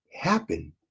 happen